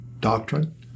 doctrine